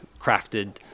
crafted